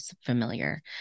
familiar